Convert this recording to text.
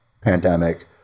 pandemic